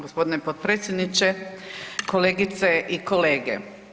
Gospodine potpredsjedniče, kolegice i kolege.